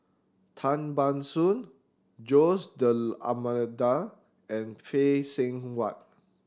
Tan Ban Soon Jose D'Almeida and Phay Seng Whatt